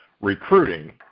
recruiting